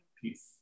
Peace